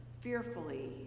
fearfully